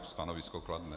Stanovisko kladné.